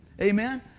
Amen